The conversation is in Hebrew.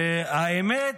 האמת,